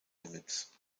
limits